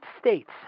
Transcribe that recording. states